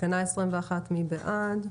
תקנה 21, מי בעד?